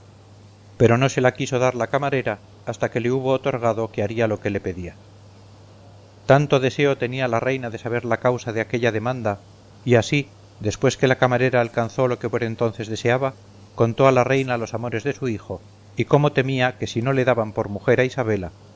pero no se la quiso dar la camarera hasta que le hubo otorgado que haría lo que le pedía tanto deseo tenía la reina de saber la causa de aquella demanda y así después que la camarera alcanzó lo que por entonces deseaba contó a la reina los amores de su hijo y cómo temía que si no le daban por mujer a isabela